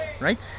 Right